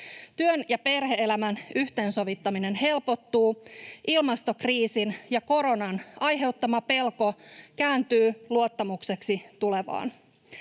Työn ja perhe-elämän yhteensovittaminen helpottuu. Ilmastokriisin ja koronan aiheuttama pelko kääntyy luottamukseksi tulevaan.